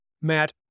Matt